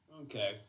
Okay